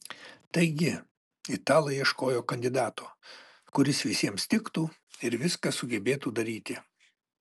taigi italai ieškojo kandidato kuris visiems tiktų ir viską sugebėtų daryti